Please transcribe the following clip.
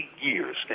years